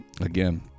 Again